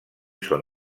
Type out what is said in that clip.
son